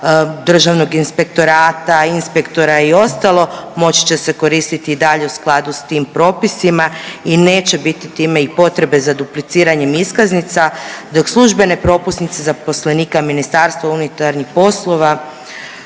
Državnog inspektorata, inspektora i ostalo, moći se koristiti i dalje u skladu s tim propisima i neće biti time i potrebe za dupliciranjem iskaznica dok službene propusnice zaposlenika Ministarstva unutarnjih poslova